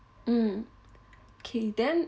mm K then